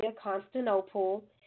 Constantinople